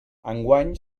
enguany